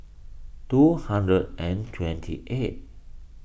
two hundred and twenty eighth